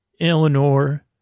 Eleanor